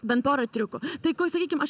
bent porą triukų tai ko sakykim aš